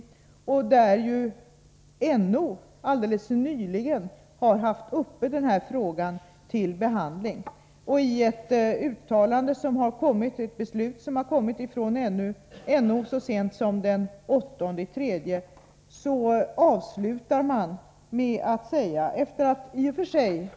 NO har alldeles nyligen haft den här frågan uppe till behandling. Så sent som den 8 mars kom ett beslut från NO i denna fråga.